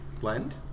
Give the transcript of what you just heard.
blend